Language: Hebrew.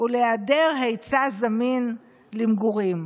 ולהיעדר היצע זמין למגורים.